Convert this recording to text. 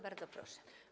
Bardzo proszę.